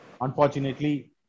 Unfortunately